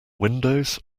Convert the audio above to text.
windows